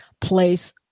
place